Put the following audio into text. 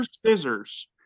scissors